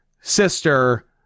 sister